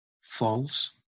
false